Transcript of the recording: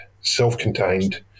self-contained